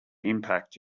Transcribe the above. impact